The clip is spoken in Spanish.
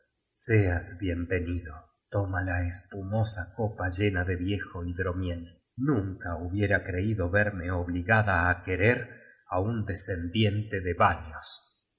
seas bien venido toma la espumosa copa llena de viejo hidromiel nunca hubiera creido verme obligada á querer á un descendiente de vanios